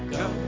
go